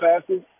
passes